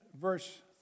verse